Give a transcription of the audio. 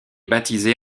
baptisé